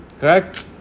Correct